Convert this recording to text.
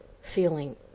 feeling